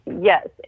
yes